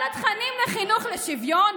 כל התכנים לחינוך לשוויון,